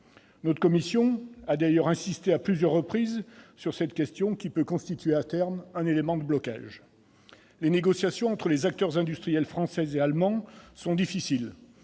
Notre commission a d'ailleurs insisté à plusieurs reprises sur cette question, qui peut constituer à terme un élément de blocage. Les négociations entre les acteurs industriels français et allemands sont difficiles.